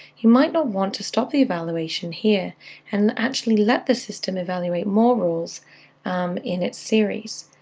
you might not want to stop the evaluation here and actually let the system evaluate more rules in its series.